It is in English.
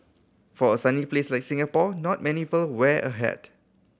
for a sunny place like Singapore not many people wear a hat